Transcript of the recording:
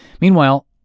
Meanwhile